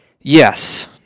Yes